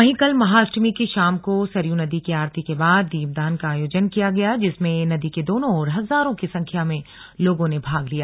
वहीं कल महाअष्टमी की शाम को सरयू नदी की आरती के बाद दीपदान का आयोजन किया गया जिसमें नदी के दोनों ओर हजारों की संख्या में लोगों ने भाग लिया